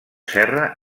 serra